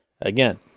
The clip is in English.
again